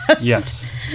Yes